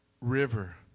river